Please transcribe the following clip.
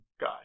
guy